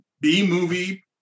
B-movie